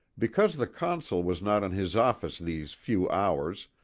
because the consul was not in his office these few hours,